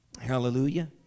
Hallelujah